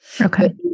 Okay